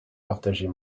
partager